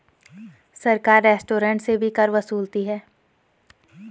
सरकार रेस्टोरेंट से भी कर वसूलती है